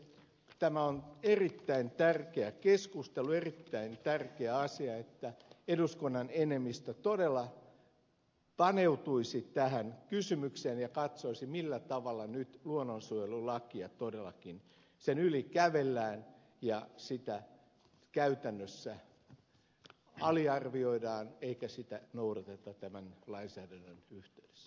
tämä on erittäin tärkeä keskustelu erittäin tärkeä asia että eduskunnan enemmistö todella paneutuisi tähän kysymykseen ja katsoisi millä tavalla nyt luonnonsuojelulain yli todellakin kävellään ja sitä käytännössä aliarvioidaan eikä sitä noudateta tämän lainsäädännön yhteydessä